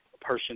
person